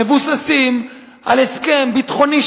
מבוססים על הסכם ביטחוני,